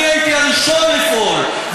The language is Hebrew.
אני הייתי הראשון לפעול,